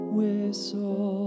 whistle